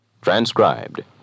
transcribed